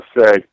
say